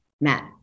Matt